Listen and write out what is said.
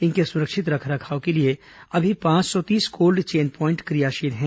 इनके सुरक्षित रखरखाव के लिए अभी पांच सौ तीस कोल्ड चेन प्वाइंट क्रियाशील हैं